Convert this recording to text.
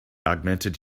augmented